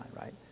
right